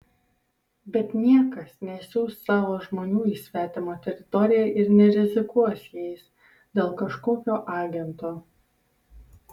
bet niekas nesiųs savo žmonių į svetimą teritoriją ir nerizikuos jais dėl kažkokio agento